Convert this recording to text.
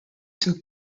took